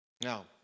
Now